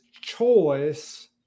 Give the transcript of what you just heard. choice